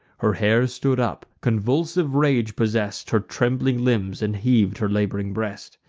her hair stood up convulsive rage possess'd her trembling limbs, and heav'd her lab'ring breast.